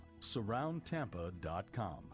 SurroundTampa.com